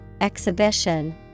exhibition